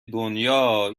دنیا